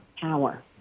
power